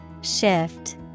Shift